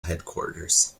headquarters